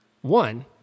one